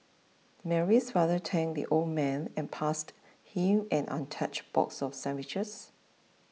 Mary's father thanked the old man and passed him an untouched box of sandwiches